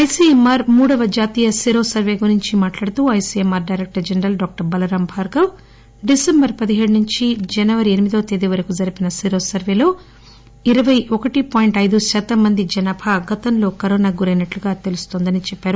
I C M R మూడవ జాతీయ sero survey గురించి మాట్టాడుతూ ICMR director general doctor Balram Bhargava December పదిహేడు నుంచి జనవరి ఎనిమిదివ తేదీ వరకు జరిపిన సేరో సర్వేలో ఇరపై ఒకటి పాయింట్ అయిదు శాతం మంది జనాభా గతంలో కరువునకు గురైనట్టు తెలుస్తోందని చెప్పారు